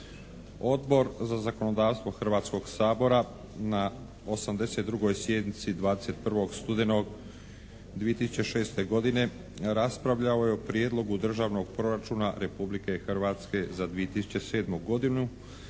Odbor za zakonodavstvo Hrvatskog sabora na 82. sjednici 21. studenog 2006. godine raspravljao je o Prijedlogu državnog proračuna Republike Hrvatske za 2007. godinu